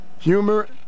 humor